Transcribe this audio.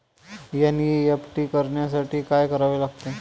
NEFT करण्यासाठी काय करावे लागते?